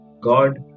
God